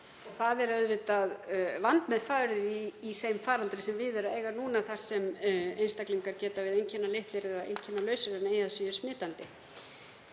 Það er auðvitað vandmeðfarið í þeim faraldri sem við er að eiga núna þar sem einstaklingar geta verið einkennalitlir eða einkennalausir en eigi að síður smitandi.